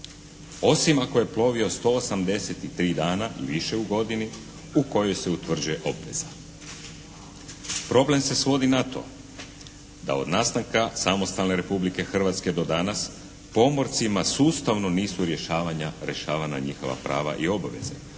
Osim ako je plovio 183 dana i više u godini u kojoj se utvrđuje obveza. Problem se svodi na to da od nastanka samostalne Republike Hrvatske do danas pomorcima sustavno nisu rješavana njihova prava i obaveze